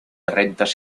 rentas